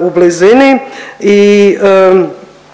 u blizini